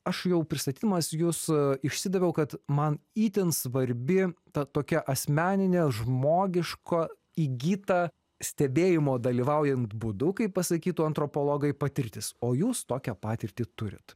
aš jau pristatymas jus išsidaviau kad man itin svarbi ta tokia asmeninė žmogiška įgyta stebėjimo dalyvaujant būdu kaip pasakytų antropologai patirtis o jūs tokią patirtį turit